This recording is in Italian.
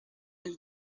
del